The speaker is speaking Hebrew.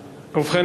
מיידי),